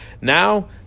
now